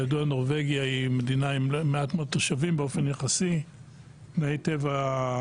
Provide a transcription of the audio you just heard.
כידוע נורבגיה היא מדינה עם מעט מאוד תושבים באופן יחסי ותנאי טבע,